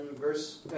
verse